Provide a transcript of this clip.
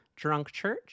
drunkchurch